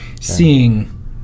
seeing